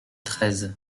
treize